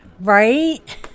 right